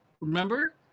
Remember